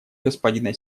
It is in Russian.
господина